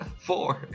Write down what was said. Four